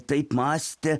taip mąstė